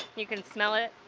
you can smell it.